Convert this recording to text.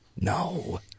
No